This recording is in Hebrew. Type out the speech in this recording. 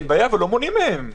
לא מונעים מהם.